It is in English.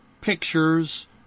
pictures